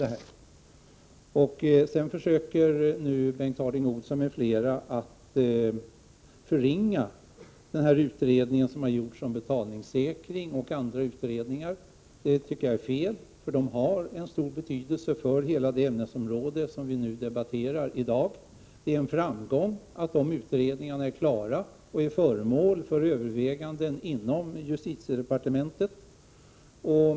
Bengt Harding Olson m.fl. försöker förringa den utredning som har gjorts 23 november 1988 om betalningssäkring och andra utredningar. Det tycker jag är fel, för de har en stor betydelse för hela det ämnesområde som vi nu debatterar. Det är en framgång att dessa utredningar är klara och är föremål för överväganden inom justitiedepartementet.